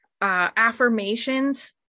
affirmations